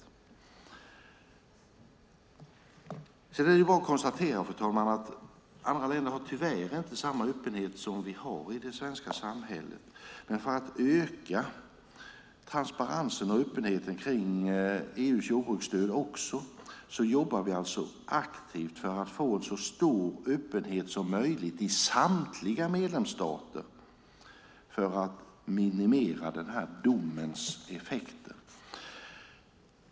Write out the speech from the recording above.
Fru talman! Det är bara att konstatera att andra länder tyvärr inte har samma öppenhet som vi har i det svenska samhället. För att öka transparensen och öppenheten också om EU:s jordbruksstöd jobbar vi aktivt för att få så stor öppenhet som möjligt i samtliga medlemsstater för att minimera domens effekter.